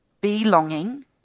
belonging